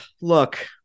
Look